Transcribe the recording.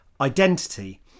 identity